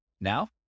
now